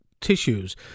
tissues